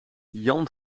jan